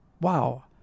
wow